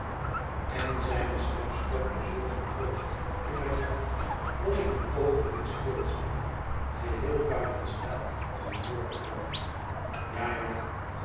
en z'y'ne stem stortte zulk een troost in mijn hart dat ik een oogenblik stilzweeg geheel buiten staat om voort te gaan ja ja